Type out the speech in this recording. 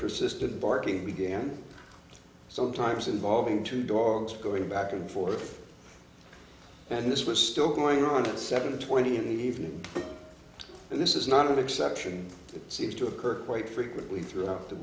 persistent barking began sometimes involving two dogs going back and forth and this was still going on at seven twenty and evening and this is not an exception it seems to occur quite frequently throughout the